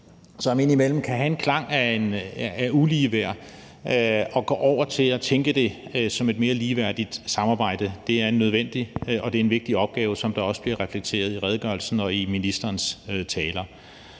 som indimellem kan have en klang af uligeværd, og gå over til at tænke det som et mere ligeværdigt samarbejde er en nødvendig og vigtig opgave, som det også bliver reflekteret i redegørelsen og i ministerens taler.